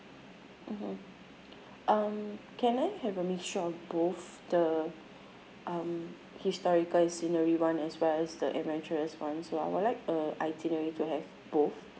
mmhmm um can I have a mixture of both the um historical is scenery [one] as well as the adventurous [one] so I would like uh itinerary to have both